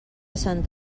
sant